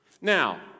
Now